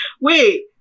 Wait